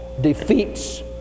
defeats